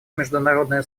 международное